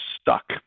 stuck